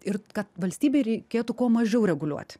ir kad valstybei reikėtų kuo mažiau reguliuoti